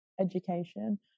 education